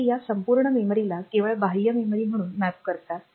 ते या संपूर्ण मेमरीला केवळ बाह्य मेमरी म्हणून मॅप करतात